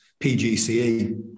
PGCE